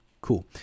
Cool